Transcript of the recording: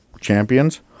champions